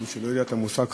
מי שלא מכיר את המושג "חבורה"